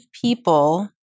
people